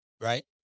right